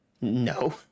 No